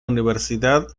universidad